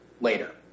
later